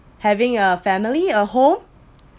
having a family a whole